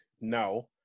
now